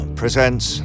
presents